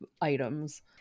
items